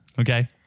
Okay